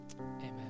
Amen